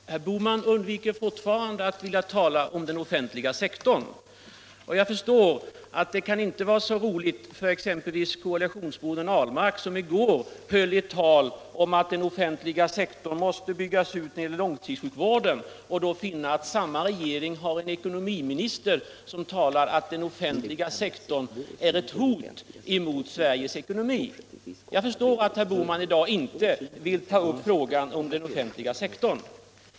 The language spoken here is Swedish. Herr talman! Herr Bohman undviker fortfarande att tala om den offentliga sektorn. Jag förstår att det inte kan vara roligt för exempelvis koalitionsbrodern Ahlmark, som i går höll ett tal om att den offentliga sektorn måste byggas ut på långtidssjukvårdens område, att finna att samma regering har en ekonomiminister som säger att den offentliga sektorn är ett hot mot Sveriges ekonomi. Jag förstår att herr Bohman i dag inte vill ta upp frågan om den offentliga sektorn.